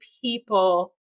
people